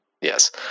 Yes